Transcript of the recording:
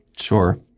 sure